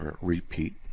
repeat